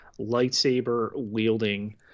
lightsaber-wielding